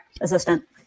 assistant